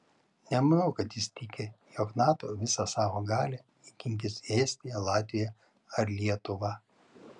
nemanau kad jis tiki jog nato visą savo galią įkinkys į estiją latviją ar lietuvą